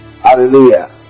Hallelujah